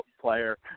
player